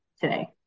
today